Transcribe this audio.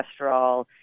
cholesterol